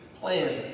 plan